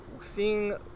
seeing